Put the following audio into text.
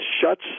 shuts